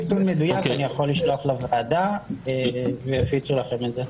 נתון מדויק אני יכול לשלוח לוועדה ויפיצו לכם את זה.